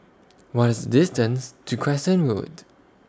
What IS The distance to Crescent Road